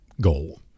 goal